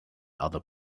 other